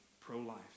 pro-life